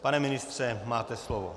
Pane ministře, máte slovo.